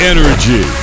Energy